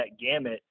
gamut